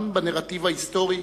גם בנרטיב ההיסטורי,